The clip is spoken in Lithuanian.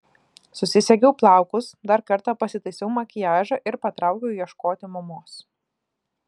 susisegiau plaukus dar kartą pasitaisiau makiažą ir patraukiau ieškoti mamos